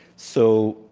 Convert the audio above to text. so,